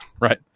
right